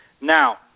Now